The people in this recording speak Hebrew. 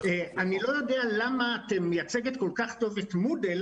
אני לא יודע למה את מייצגת כל כך טוב את מודל,